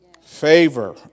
favor